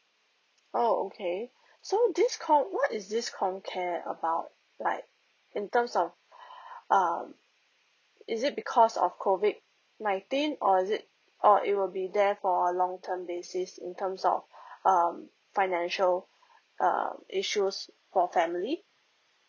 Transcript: oh okay so this com what is this comcare about like in terms of um is it because of COVID nineteen or is it or it will be there for a long term basis in terms of um financial um issues for family